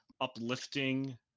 uplifting